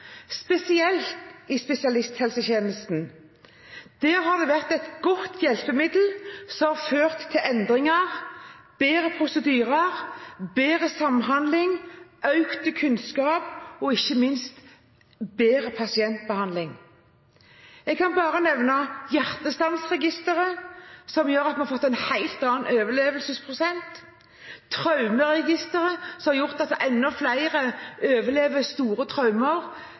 spesielt i spesialisthelsetjenesten. Der har det vært et godt hjelpemiddel som har ført til endringer, bedre prosedyrer, bedre samhandling, økt kunnskap og ikke minst bedre pasientbehandling. Jeg kan nevne Hjertestansregisteret, som gjør at vi har fått en helt annen overlevelsesprosent. Traumeregisteret har gjort at enda flere overlever store traumer.